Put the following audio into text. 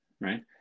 Right